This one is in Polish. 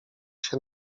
się